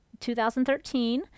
2013